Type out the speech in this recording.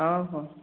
ହଉ ହଉ